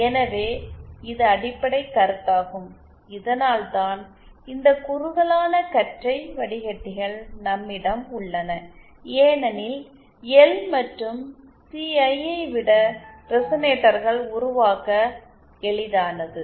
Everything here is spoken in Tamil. எனவே இது அடிப்படைக் கருத்தாகும் இதனால்தான் இந்த குறுகலான கற்றை வடிக்கட்டிகள் நம்மிடம் உள்ளன ஏனெனில் எல் மற்றும் சி ஐ விட ரெசனேட்டர்கள் உருவாக்க எளிதானது